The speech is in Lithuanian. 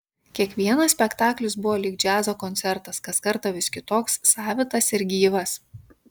kiekvienas spektaklis buvo lyg džiazo koncertas kas kartą vis kitoks savitas ir gyvas